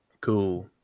Cool